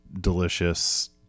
delicious